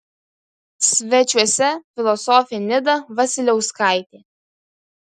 svečiuose filosofė nida vasiliauskaitė